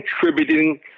contributing